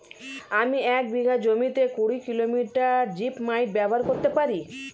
আমি এক বিঘা জমিতে কুড়ি কিলোগ্রাম জিপমাইট ব্যবহার করতে পারি?